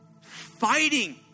fighting